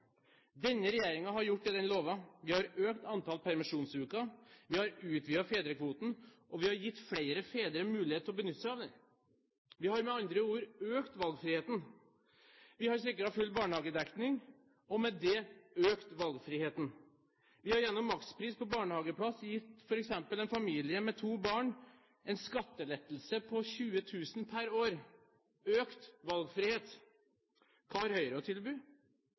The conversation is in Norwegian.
Denne regjeringen har gjort det den lovet. Vi har økt antall permisjonsuker. Vi har utvidet fedrekvoten, og vi har gitt flere fedre mulighet til å benytte seg av den. Vi har med andre ord økt valgfriheten. Vi har sikret full barnehagedekning, og med det økt valgfriheten. Vi har gjennom makspris på barnehageplass gitt f.eks. en familie med to barn en skattelette på 20 000 kr per år – økt valgfrihet. Hva har Høyre å tilby?